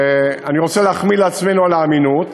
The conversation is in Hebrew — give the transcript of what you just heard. אני רוצה להחמיא לעצמנו על האמינות.